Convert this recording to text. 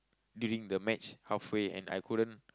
during the match halfway and I couldn't